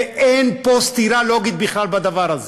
אין פה סתירה לוגית בכלל בדבר הזה.